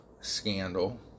scandal